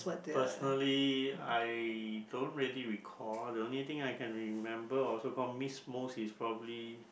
personally I don't really recall the only thing I can remember or so call miss most is probably